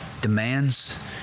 demands